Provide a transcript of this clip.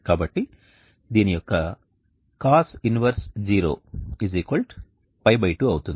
కాబట్టి దీని యొక్క cos 1 π 2 అవుతుంది